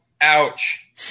ouch